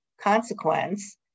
consequence